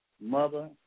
Mother